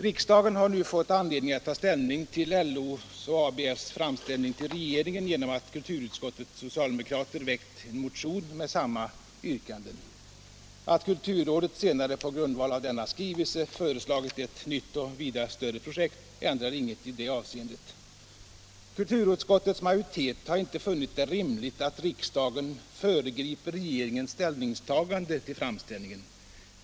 Riksdagen har nu fått anledning att ta ställning till LO:s och ABF:s framställning till regeringen genom att kulturutskottets socialdemokrater väckt en motion med samma yrkanden. Att kulturrådet senare på grundval av LO-ABF-skrivelsen föreslagit ett nytt och vida större projekt ändrar inget i det avseendet. Kulturutskottets majoritet har inte funnit det rimligt att riksdagen föregriper regeringens ställningstagande till framställningen.